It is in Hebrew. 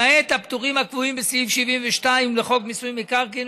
למעט הפטורים הקבועים בסעיף 72 לחוק מיסוי מקרקעין,